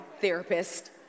therapist